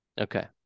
Okay